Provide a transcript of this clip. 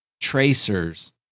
tracers